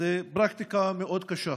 זאת פרקטיקה מאוד קשה.